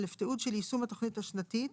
תיעוד של יישום התכנית השנתית,